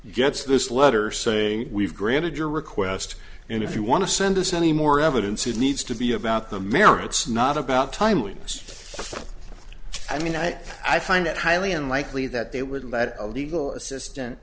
and gets this letter saying we've granted your request and if you want to send us any more evidence it needs to be about the merits not about timeliness i mean i i find it highly unlikely that they would let a legal assistant